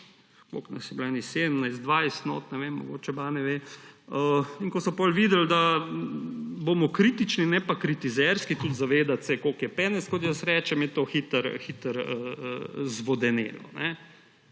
17, 20 notri? Ne vem, mogoče Bane ve. In ko so potem videli, da bomo kritični, ne pa kritizerski, tudi zavedali se, koliko je penezov, kot jaz rečem, je to hitro zvodenelo.